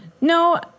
No